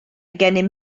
gennym